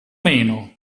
meno